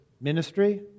ministry